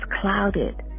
clouded